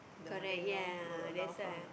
the mother in law will allow her or not